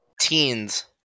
Teens